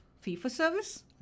fee-for-service